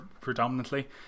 predominantly